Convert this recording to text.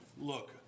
Look